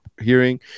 hearing